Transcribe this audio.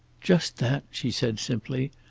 just that, she said simply.